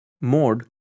mode